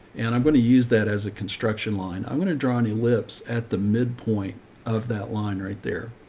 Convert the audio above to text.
and i'm going to use that as a construction line. i'm going to draw any lips at the midpoint of that line right there.